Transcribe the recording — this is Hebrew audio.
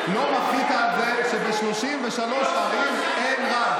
לא מחית על זה שב-33 ערים אין רב?